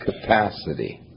capacity